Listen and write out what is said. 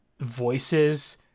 voices